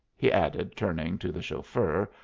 he added, turning to the chauffeur,